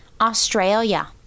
Australia